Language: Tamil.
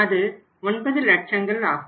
அது 9 லட்சங்களாகும்